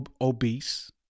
obese